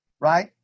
right